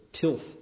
tilth